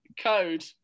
code